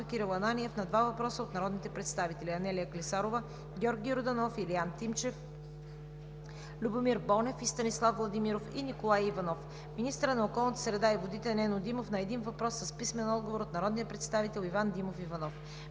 Кирил Ананиев – на два въпроса от народните представители Анелия Клисарова, Георги Йорданов, Илиян Тимчев, Любомир Бонев, и Станислав Владимиров и Николай Иванов; - министърът на околната среда и водите Нено Димов – на един въпрос с писмен отговор от народния представител Иван Димов Иванов;